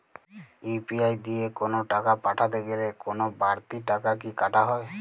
UPI দিয়ে কোন টাকা পাঠাতে গেলে কোন বারতি টাকা কি কাটা হয়?